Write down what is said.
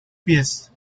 pies